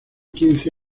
quince